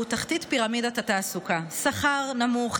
תחתית פירמידת התעסוקה: שכר נמוך,